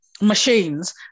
machines